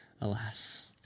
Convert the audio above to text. Alas